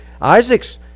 Isaac's